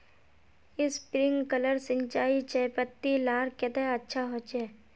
Sprinkler सिंचाई चयपत्ति लार केते अच्छा होचए?